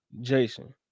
Jason